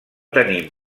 tenim